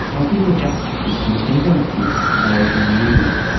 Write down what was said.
helping the justice system better assist those in need.